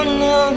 no